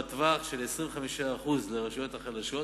בטווח של 25% לרשויות החלשות,